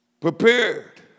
prepared